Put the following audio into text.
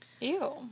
Ew